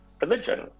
religion